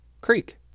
creek